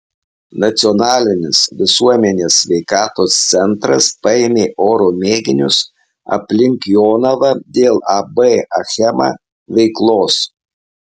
nacionalinis visuomenės sveikatos centras paėmė oro mėginius aplink jonavą dėl ab achema veiklos